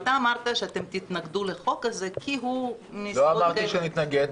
אמרת שתתנגדו לחוק הזה כי הוא מסיבות כאלה --- לא אמרתי שנתנגד.